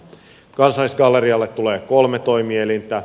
kansallisgallerialle tulee kolme toimielintä